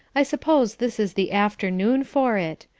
i suppose this is the afternoon for it.